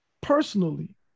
personally